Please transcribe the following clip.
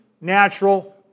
natural